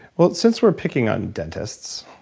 well since we're picking on dentists.